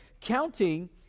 Counting